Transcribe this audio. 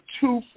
two